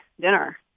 dinner